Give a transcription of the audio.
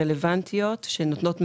רלוונטיות שנותנות מענה.